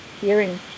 hearing